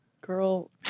Girl